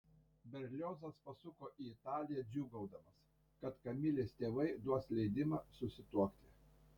berliozas pasuko į italiją džiūgaudamas kad kamilės tėvai duos leidimą susituokti